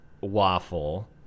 waffle